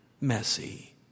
Messy